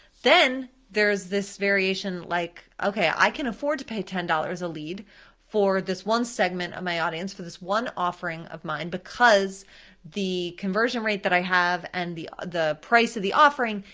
then there's this variation like, okay, i can afford to pay ten dollars a lead for this one segment of my audience, for this one offering of mine, because the conversion rate that i have and the the price of the offering,